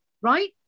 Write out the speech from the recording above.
right